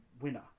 winner